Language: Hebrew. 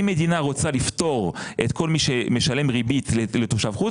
אם מדינה רוצה לפטור את כל מי שמשלם ריבית לתושב חוץ,